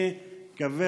אני מקווה,